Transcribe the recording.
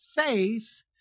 faith